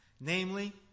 namely